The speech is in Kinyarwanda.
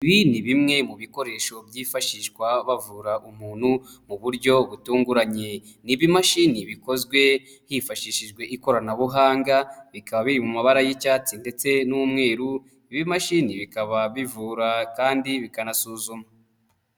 Ibi ni bimwe mu bikoresho byifashishwa bavura umuntu mu buryo butunguranye. Ni ibimashini bikozwe, hifashishijwe ikoranabuhanga, bikaba biri mu mabara y'icyatsi ndetse n'umweru, ibi bimashini bikaba bivura kandi bikanasuzuma.